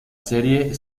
serie